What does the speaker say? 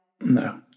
No